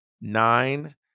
nine